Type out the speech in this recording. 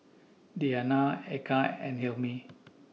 Diyana Eka and Hilmi